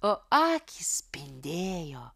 o akys spindėjo